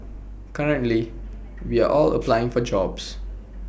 currently we are all applying for jobs